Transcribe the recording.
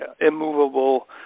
immovable